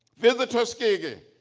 visit tuskegee,